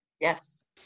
Yes